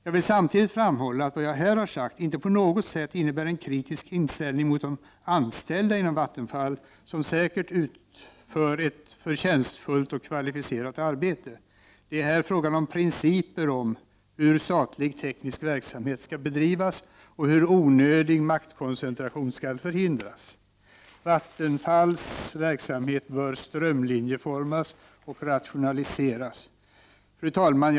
Jag vill samtidigt framhålla att vad jag här har sagt inte på något sätt innebär en kritik mot de anställda inom Vattenfall, som säkert utför ett förtjänstfullt och kvalificerat arbete. Det är här fråga om principer för hur statlig teknisk verksamhet skall bedrivas och hur onödig maktkoncentration skall förhindras. Vattenfalls verksamhet bör strömlinjeformas och rationaliseras. Fru talman!